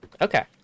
Okay